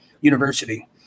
University